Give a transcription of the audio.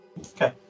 Okay